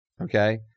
Okay